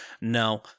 No